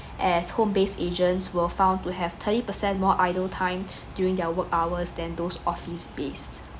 as home based agents were found to have thirty percent more idle time during their work hours than those office based